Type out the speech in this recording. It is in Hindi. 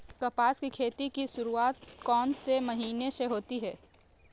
कपास की खेती की शुरुआत कौन से महीने से होती है?